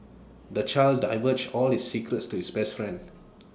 the child divulged all his secrets to his best friend